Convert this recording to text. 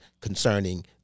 Concerning